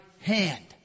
hand